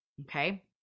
okay